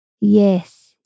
yes